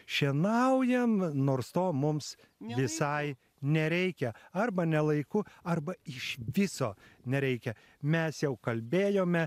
šienaujam nors to mums visai nereikia arba ne laiku arba iš viso nereikia mes jau kalbėjome